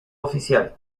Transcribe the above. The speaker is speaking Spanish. oficial